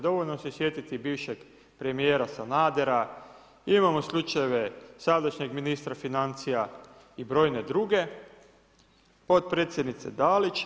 Dovoljno se sjetiti bivšeg premijera SAnadera, imamo slučajeve sadašnjeg ministra financija i brojne druge, potpredsjednice DAlić.